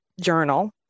journal